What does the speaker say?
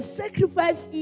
sacrifice